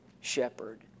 shepherd